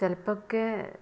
ചിലപ്പമൊക്കെ